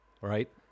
Right